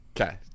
Okay